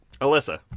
Alyssa